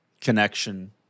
connection